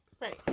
Right